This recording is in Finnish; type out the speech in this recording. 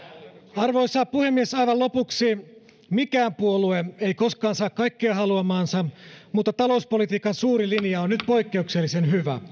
arvoisa puhemies aivan lopuksi mikään puolue ei koskaan saa kaikkea haluamaansa mutta talouspolitiikan suuri linja on nyt poikkeuksellisen hyvä